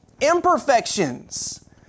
imperfections